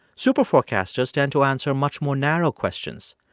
superforecasters tend to answer much more narrow questions.